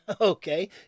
okay